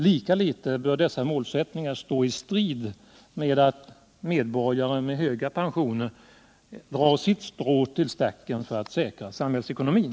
Lika litet bör dessa mål stå i strid med att medborgare med höga pensioner drar sitt strå till stacken för att säkra samhällsekonomin.